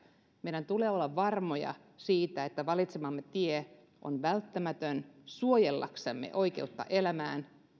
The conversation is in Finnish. meidän tulee olla varmoja siitä että valitsemamme tie on välttämätön suojellaksemme oikeutta elämään